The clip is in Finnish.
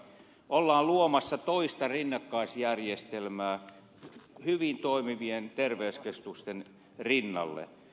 ollaan luomassa rinnakkaisjärjestelmää hyvin toimivien terveyskeskusten rinnalle